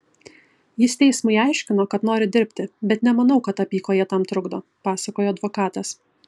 jis teismui aiškino kad nori dirbti bet nemanau kad apykojė tam trukdo pasakojo advokatas